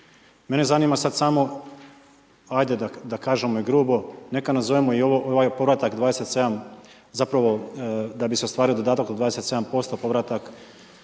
Mene zanima sad samo, ajde da kažemo u grubo, neka nazovemo i ovaj povratak 27, zapravo da bi se ostvario dodatak od 27% povratak